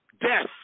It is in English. death